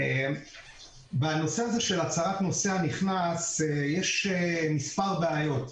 בנושא של הצהרת נוסע נכנס יש מספר בעיות,